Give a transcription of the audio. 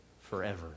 forever